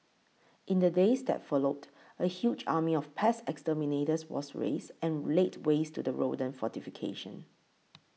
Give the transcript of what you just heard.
in the days that followed a huge army of pest exterminators was raised and laid waste to the rodent fortification